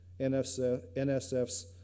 NSF's